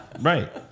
Right